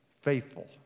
faithful